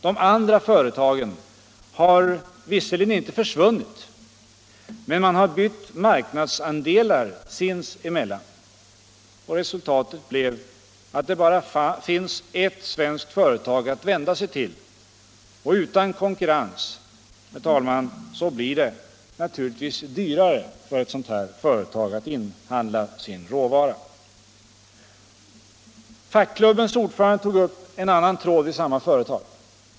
De andra företagen har visserligen inte försvunnit, men man har bytt marknadsandelar sinsemellan. Resultatet blev att det bara finns ett svenskt företag att vända sig till. Och utan konkurrens mellan leverantörerna blir det naturligtvis, herr talman, dyrare för ett sådant här företag att inhandla råvaran. Fackklubbens ordförande tog upp en annan tråd i samma företag.